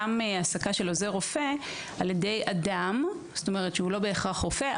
העסקה של עוזר רופא על-ידי אדם שהוא לא בהכרח רופא,